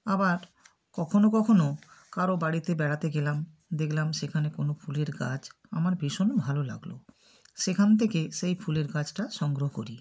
আবার কখনও কখনও কারও বাড়িতে বেড়াতে গেলাম দেখলাম সেখানে কোনো ফুলের গাছ আমার ভীষণ ভালো লাগল সেখান থেকে সেই ফুলের গাছটা সংগ্রহ করি